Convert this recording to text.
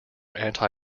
anti